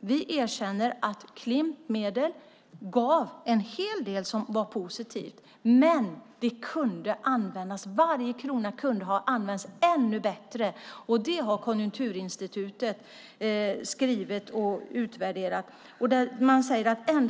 Vi erkänner att Klimpmedel gav en hel del som var positivt. Men varje krona kunde ha använts ännu bättre. Det har Konjunkturinstitutet skrivit och utvärderat. Man säger att bidragen